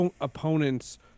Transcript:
opponents